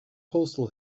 postal